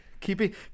Keeping